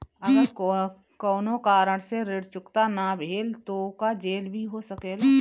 अगर कौनो कारण से ऋण चुकता न भेल तो का जेल भी हो सकेला?